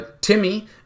Timmy